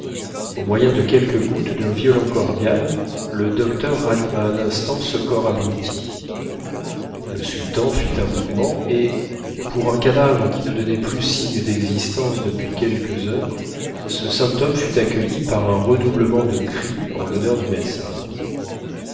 au moyen de quelques gouttes d'un violent cordial le docteur ranima un instant ce corps abruti le sultan fit un mouvement et pour un cadavre qui ne donnait plus signe d'existence depuis quelques heures ce symptôme fut accueilli par un redoublement de cris en l'honneur du médecin